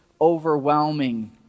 overwhelming